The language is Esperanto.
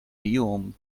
tiom